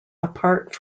apart